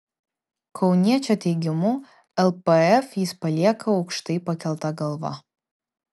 kauniečio teigimu lpf jis palieka aukštai pakelta galva